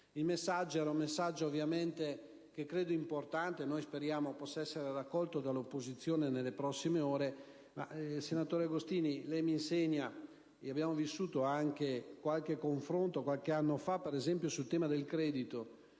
Il messaggio era un messaggio che credo importante, e noi speriamo che possa essere raccolto dall'opposizione nelle prossime ore. Senatore Agostini, lei mi insegna, e d'altronde abbiamo vissuto qualche confronto qualche anno fa, per esempio sul tema del credito,